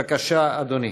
בבקשה, אדוני.